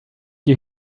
you